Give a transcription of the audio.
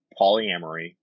polyamory